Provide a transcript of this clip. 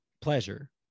pleasure